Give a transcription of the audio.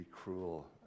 cruel